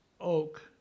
oak